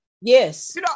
Yes